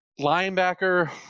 linebacker